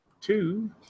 Two